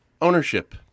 ownership